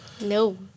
no